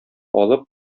алып